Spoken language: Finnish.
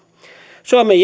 suomen